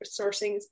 sourcing